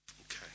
Okay